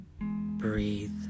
breathe